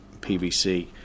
PVC